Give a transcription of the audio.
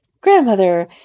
grandmother